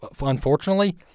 unfortunately